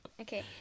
Okay